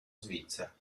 svizzera